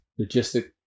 logistic